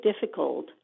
difficult